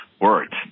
words